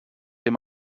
him